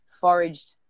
foraged